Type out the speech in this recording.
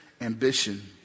ambition